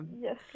Yes